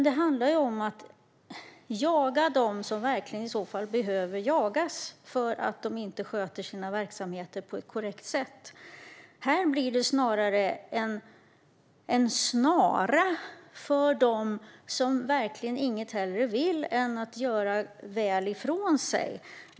Det handlar om att i så fall jaga dem som verkligen behöver jagas för att de inte sköter sina verksamheter på ett korrekt sätt. Här blir det snarare en snara för dem som inget hellre vill än att göra väl ifrån sig.